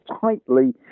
tightly